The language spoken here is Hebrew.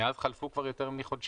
מאז חלפו כבר יותר מחודשיים.